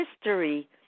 history